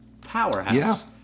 Powerhouse